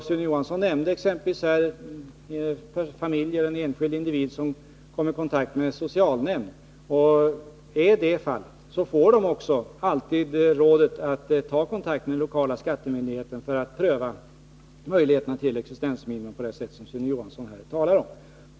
Sune Johansson nämnde som exempel en familj eller en enskild individ som kommer i kontakt med socialnämnden. I det fallet får vederbörande alltid rådet att ta kontakt med den lokala skattemyndigheten för att pröva möjligheterna till utnyttjande av reglerna för existensminimum på det sätt som Sune Johansson här har talat om.